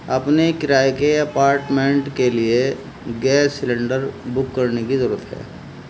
اپنے کرائے کے اپارٹمنٹ کے لیے گیس سلنڈر بک کرنے کی ضرورت ہے